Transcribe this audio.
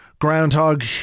Groundhog